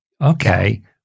okay